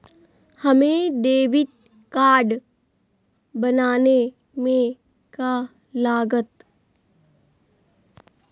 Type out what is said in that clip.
हमें debit card बनाने में का लागत?